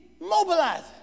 mobilize